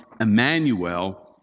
Emmanuel